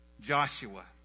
Joshua